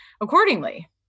accordingly